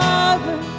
Father